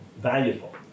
valuable